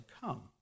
come